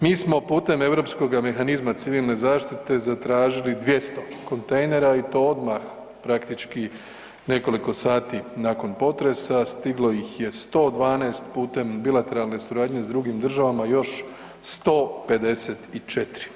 Mi smo putem Europskoga mehanizma civilne zaštite zatražili 200 kontejnera i to odmah praktički nekoliko sati nakon potresa, stiglo ih je 112 putem bilateralne suradnje s drugim državama još 154.